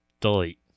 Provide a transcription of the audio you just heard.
delete